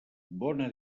bona